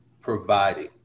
providing